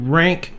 rank